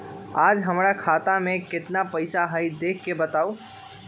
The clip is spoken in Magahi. आज हमरा खाता में केतना पैसा हई देख के बताउ?